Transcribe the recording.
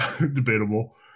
debatable